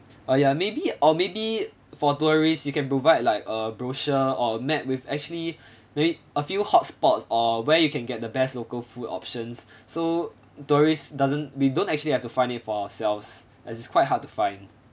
uh ya maybe or maybe for tourists you can provide like a brochure or a map with actually maybe a few hot spots or where you can get the best local food options so doris doesn't we don't actually have to find it for ourselves as it's quite hard to find